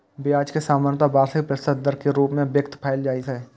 ब्याज कें सामान्यतः वार्षिक प्रतिशत दर के रूप मे व्यक्त कैल जाइ छै